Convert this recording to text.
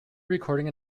recording